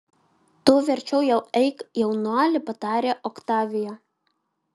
tu verčiau jau eik jaunuoli patarė oktavija